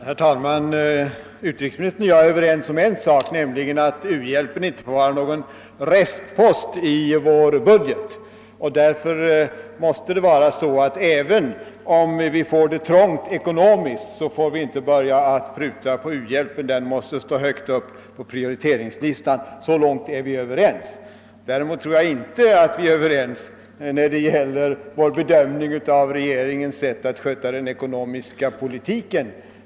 Herr talman! Utrikesministern och jag är överens om en sak, nämligen att u-hjälpen inte får vara någon restpost i vår budget. även om det blir svårt ekonomiskt får vi inte börja pruta på u-hjälpen, utan den måste stå högt på prioriteringslistan. Däremot tror jag inte att vi är överens beträffande bedömningen av regeringens sätt att sköta den ekonomiska politiken.